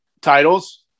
titles